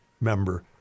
member